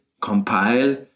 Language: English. compile